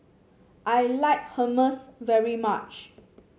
I like Hummus very much